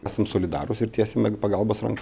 esam solidarūs ir tiesiame pagalbos ranką